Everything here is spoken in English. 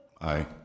Aye